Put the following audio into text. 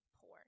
poor